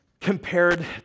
compared